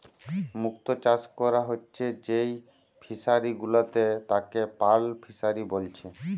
মুক্ত চাষ কোরা হচ্ছে যেই ফিশারি গুলাতে তাকে পার্ল ফিসারী বলছে